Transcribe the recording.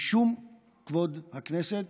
משום כבוד הכנסת